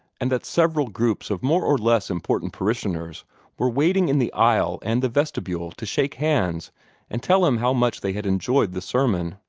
and that several groups of more or less important parishioners were waiting in the aisle and the vestibule to shake hands and tell him how much they had enjoyed the sermon.